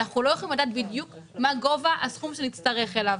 אנחנו לא יכולים לדעת בדיוק מה גובה הסכום שנצטרך אליו.